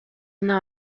una